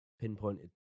pinpointed